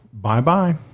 bye-bye